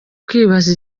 kwibaza